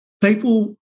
people